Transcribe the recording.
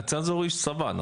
הצנזור הוא איש צבא?